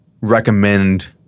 recommend